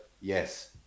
yes